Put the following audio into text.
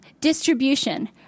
distribution